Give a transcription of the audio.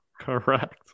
Correct